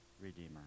redeemer